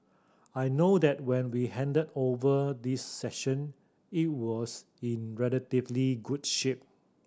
I know that when we handed over this section it was in relatively good shape